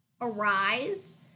arise